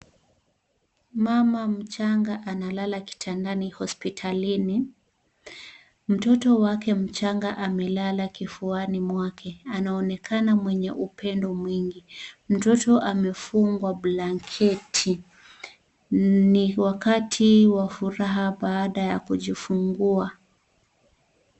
Mama mchanga analala kitandani hospitalini. Mtoto wake mchanga amelala kifuani mwake .Anaonekana mwenye upendo mwingi. Mtoto amefungwa blanketi. Ni wakati wa furaha baada ya kujifungua.